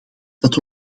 dat